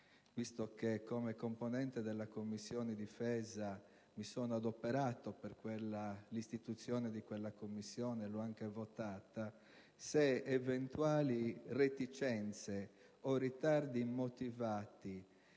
visto che come componente della Commissione difesa mi sono adoperato per l'istituzione di quella Commissione che ho anche votato, se eventuali reticenze o ritardi immotivati